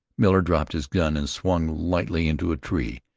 miller dropped his gun and swung lightly into a tree,